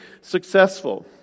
successful